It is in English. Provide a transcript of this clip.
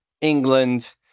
England